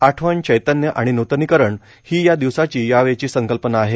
आठवण चैतन्य आणि न्तनीकरण ही या दिवसाची यावेळची संकल्पना आहे